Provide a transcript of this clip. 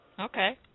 Okay